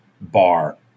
bar